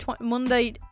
monday